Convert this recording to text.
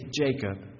Jacob